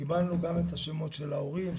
קיבלנו גם את השמות של ההורים,